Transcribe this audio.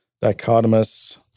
Dichotomous